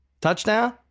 touchdown